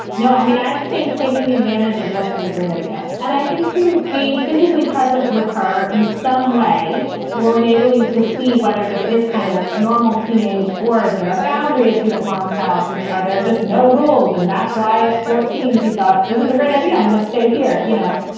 no. i mean, i think taking advantage of this is a great idea and i think to being physically present with her in some way will enable you to see whether this is kind of normal teen age or is there a boundary issue at mom's houses? are there just no rules? and that's why at fourteen, she thought, this is a great idea, i'm going to stay here. you know,